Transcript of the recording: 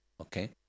okay